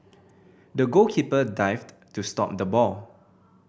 the goalkeeper dived to stop the ball